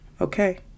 Okay